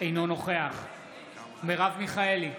אינו נוכח מרב מיכאלי,